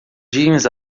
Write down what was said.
jeans